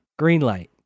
Greenlight